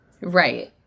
Right